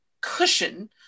cushion